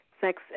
sex